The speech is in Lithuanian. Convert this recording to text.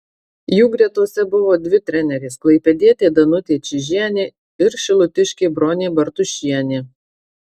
jų gretose buvo dvi trenerės klaipėdietė danutė čyžienė ir šilutiškė bronė bartušienė